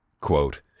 quote